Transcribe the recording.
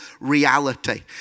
reality